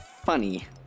funny